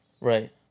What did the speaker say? Right